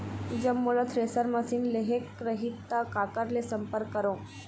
जब मोला thresher machine लेहेक रही ता काकर ले संपर्क करों?